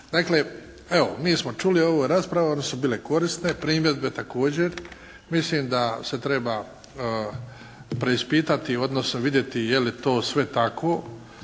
Dakle, evo mi smo čuli. Ovo je rasprava. One su bile korisne, primjedbe također. Mislim da se treba preispitati, odnosno vidjeti je li to sve tako.